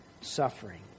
suffering